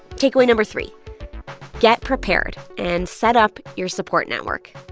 takeaway no. three get prepared, and set up your support network.